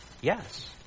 yes